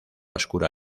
oscura